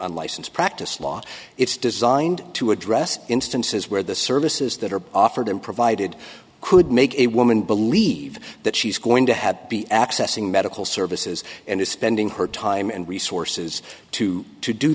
unlicensed practice law it's designed to address instances where the services that are offered and provided could make a woman believe that she's going to have be accessing medical services and is spending her time and resources to to do